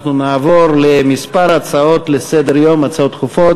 אנחנו נעבור לכמה הצעות לסדר-יום, הצעות דחופות.